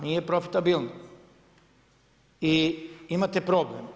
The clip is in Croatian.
Nije profitabilno i imate problem.